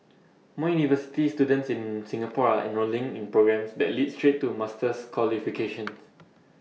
more university students in Singapore are enrolling in programmes that lead straight to master's qualifications